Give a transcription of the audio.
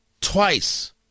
twice